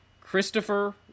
Christopher